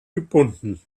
gebunden